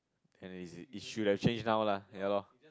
and it should have change now lah yalor